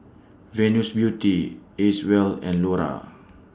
Venus Beauty Acwell and Lora